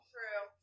True